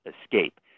escape